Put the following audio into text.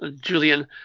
Julian